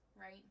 right